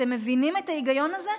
אתם מבינים את ההיגיון הזה?